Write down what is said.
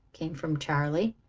came from charley.